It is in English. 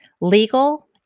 legal